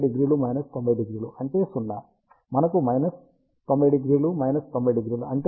కాబట్టి మనకు 900 900 అంటే 0 మనకు 900 900 అంటే 180